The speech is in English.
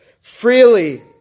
freely